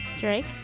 Drake